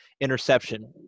interception